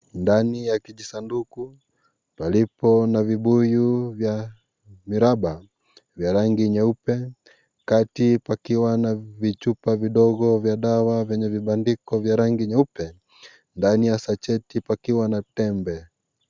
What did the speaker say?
Ndani ya kijisanduku palipo na vibuyu vya miraba vya rangi nyeupe Kati pakiwa na vichupa vidogo vya dawa vyenye vibandiko vya rangi nyeupe. Ndani ya sajeti pakiwa na tembe.